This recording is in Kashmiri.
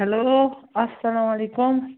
ہٮ۪لو اسلام وعلیکُم